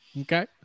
Okay